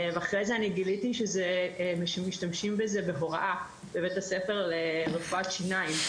ואחרי זה אני גיליתי שמשתמשים בזה בהוראה בבית הספר לרפואת שיניים.